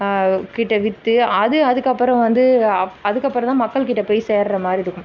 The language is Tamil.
கிட்ட விற்று அது அதற்கப்பறம் வந்து அதற்கப்பறம் தான் மக்கள்கிட்ட போய் சேர்ற மாதிரி இருக்கும்